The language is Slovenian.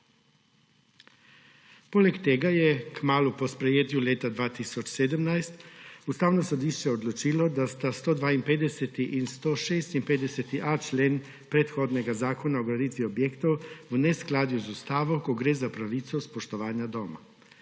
Poleg tega je kmalu po sprejetju leta 2017 Ustavno sodišče odločilo, da sta 152. in 156.a člen predhodnega Zakona o graditvi objektov v neskladju z ustavo, ko gre za pravico spoštovanja doma.